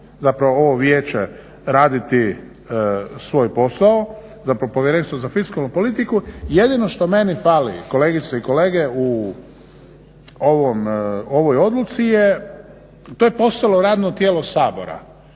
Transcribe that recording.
zapravo ovo Vijeće raditi svoj posao, zapravo povjerenstvo za fiskalnu politiku. Jedino što meni fali kolegice i kolege u ovoj odluci, to je postalo radno tijelo Sabora.